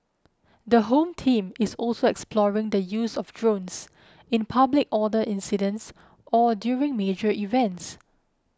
the Home Team is also exploring the use of drones in public order incidents or during major events